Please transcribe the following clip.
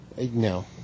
No